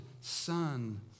Son